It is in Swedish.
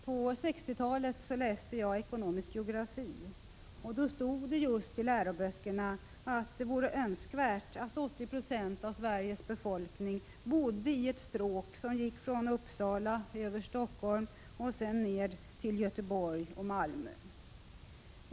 På 60-talet läste jag ekonomisk geografi, och då stod det i läroböckernaatt det vore önskvärt att 80 20 av Sveriges befolkning bodde i ett stråk från Uppsala över Stockholm och sedan ner över Göteborg till Malmö.